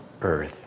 earth